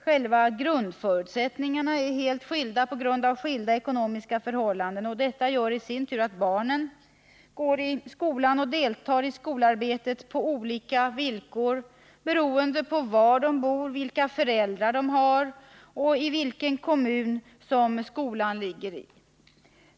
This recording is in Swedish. Själva grundförutsättningarna är helt olika på grund av skilda ekonomiska förhållanden. Detta gör i sin tur att barnen går i skolan och deltar i skolarbetet på olika villkor, beroende på var de bor, vilka föräldrar de har och vilken kommun skolan ligger i.